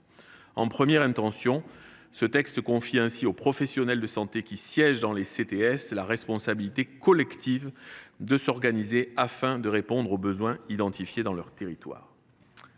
de loi vise ainsi à confier aux professionnels de santé qui siègent dans les CTS la responsabilité collective de s’organiser, afin de répondre aux besoins identifiés dans leur territoire.